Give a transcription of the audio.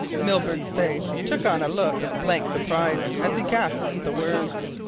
milburgh's face took on a look of blank surprise, as he gasped the words.